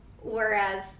Whereas